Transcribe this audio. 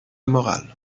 morale